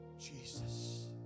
Jesus